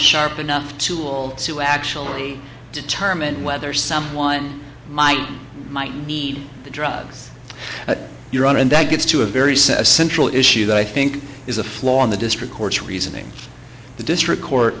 sharp enough tool to actually determine whether someone might might need the drugs you're on and that gets to a very set a central issue that i think is a flaw in the district court's reasoning the district court